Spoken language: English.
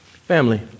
Family